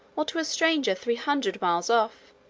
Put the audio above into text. or to a stranger three hundred miles off.